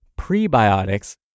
prebiotics